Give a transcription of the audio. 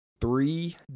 three